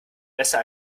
besser